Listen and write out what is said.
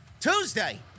Tuesday